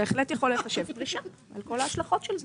זה בהחלט יכול להיחשב כפרישה על כל ההשלכות של זה.